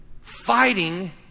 fighting